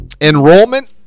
enrollment